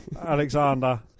Alexander